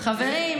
חברים,